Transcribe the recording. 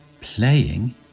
Playing